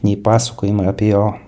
nei pasakojimai apie jo